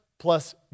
plus